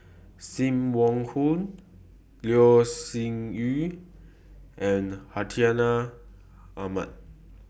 SIM Wong Hoo Loh Sin Yun and Hartinah Ahmad